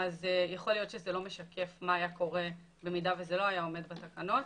יכול להיות שזה לא משקף מה היה קורה במידה וזה לא היה עומד בתקנות.